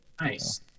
Nice